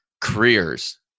careers